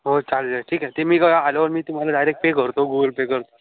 हो चालेल ठीक आहे ते मी का आल्यावर मी तुम्हाला डायरेक पे करतो गुगल पे करतो